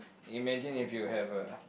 imagine if you have a